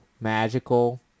magical